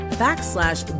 backslash